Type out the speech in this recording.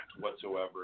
whatsoever